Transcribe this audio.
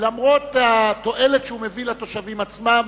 ולמרות התועלת שהוא מביא לתושבים עצמם,